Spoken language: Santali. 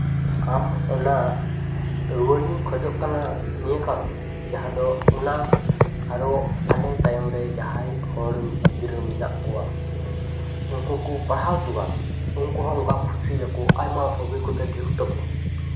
ᱟᱢ ᱚᱱᱟ ᱨᱩᱣᱟᱹᱲ ᱤᱧ ᱠᱷᱚᱡᱚᱜ ᱠᱟᱱᱟ ᱱᱤᱭᱟᱹ ᱠᱟᱨᱚᱱ ᱛᱮ ᱡᱟᱦᱟᱸ ᱫᱚ ᱚᱱᱟ ᱟᱨᱚ ᱟᱞᱮ ᱛᱟᱭᱚᱢ ᱨᱮ ᱡᱟᱦᱟᱸᱭ ᱦᱚᱲ ᱜᱤᱫᱽᱨᱟᱹ ᱢᱮᱱᱟᱜ ᱠᱚᱣᱟ ᱩᱱᱠᱩ ᱠᱚ ᱯᱟᱲᱦᱟᱣ ᱦᱚᱪᱚᱣᱟᱱ ᱩᱱᱠᱩ ᱦᱚᱸ ᱚᱱᱠᱟ ᱠᱩᱥᱤ ᱟᱠᱚ ᱟᱭᱢᱟ ᱚᱵᱷᱤᱜᱚᱛᱟ ᱰᱷᱮᱨᱚᱜ ᱛᱟᱠᱚᱣᱟ